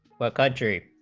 a country